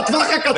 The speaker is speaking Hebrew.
זה בטווח הקצר.